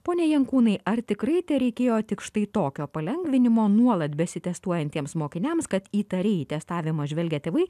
pone jankūnai ar tikrai tereikėjo tik štai tokio palengvinimo nuolat besitestuojantiems mokiniams kad įtariai į testavimą žvelgę tėvai